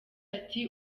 ati